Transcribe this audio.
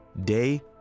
day